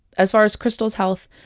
as far as krystal's health,